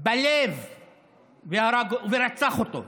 בלב ורצח אותו.